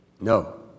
No